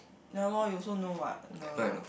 ya lor you also know what the